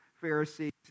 Pharisees